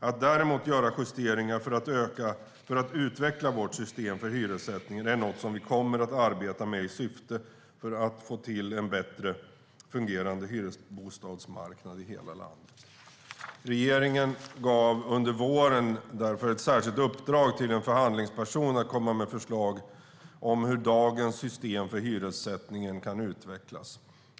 Att däremot göra justeringar för att utveckla vårt system för hyressättningen är något vi kommer att arbeta med i syfte att få till en bättre fungerande hyresbostadsmarknad i hela landet. Regeringen gav därför under våren ett särskilt uppdrag till en förhandlingsperson att komma med förslag om hur dagens system för hyressättningen kan utvecklas.